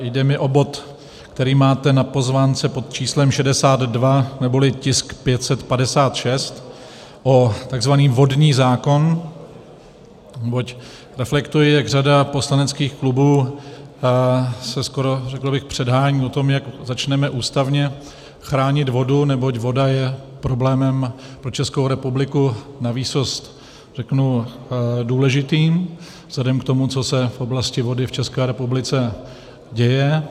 Jde mi o bod, který máte na pozvánce pod číslem 62, neboli tisk 556, takzvaný vodní zákon, neboť reflektuje, jak řada poslaneckých klubů se skoro, řekl bych, předhání v tom, jak začneme ústavně chránit vodu, neboť voda je problémem pro Českou republiku navýsost důležitým vzhledem k tomu, co se v oblasti vody v České republice děje.